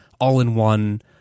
all-in-one